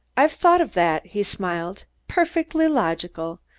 i've thought of that, he smiled. perfectly logical.